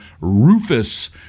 Rufus